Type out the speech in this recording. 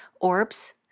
orbs